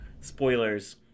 spoilers